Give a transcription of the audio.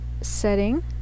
setting